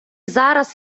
зараз